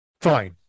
Fine